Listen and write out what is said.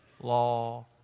law